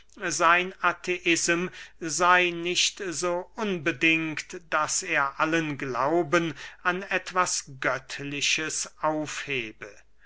sein atheism sey nicht so unbedingt daß er allen glauben an etwas göttliches aufhebe